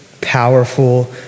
powerful